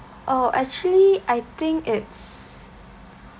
oh actually I think it's